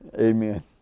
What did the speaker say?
Amen